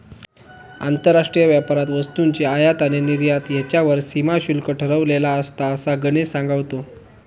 आंतरराष्ट्रीय व्यापारात वस्तूंची आयात आणि निर्यात ह्येच्यावर सीमा शुल्क ठरवलेला असता, असा गणेश सांगा होतो